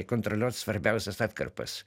kontroliuot svarbiausias atkarpas